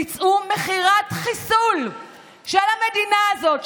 ביצעו מכירת חיסול של המדינה הזאת,